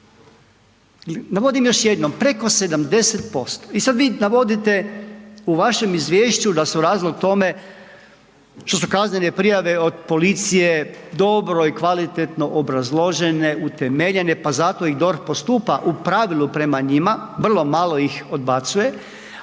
Navodim još jednom preko 70%. I sad vi navodite u vašem izvješću da su razlog tome što su kaznene prijave od policije dobro i kvalitetno obrazložene, utemeljene pa zato i DORH postupa u pravilu prema njima, vrlo malo ih odbacuje,